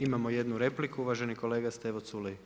Imamo jednu repliku, uvaženi kolega Stevo Culej.